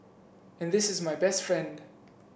and this is my best friend